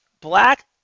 Black